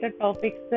topics